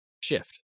Shift